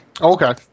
Okay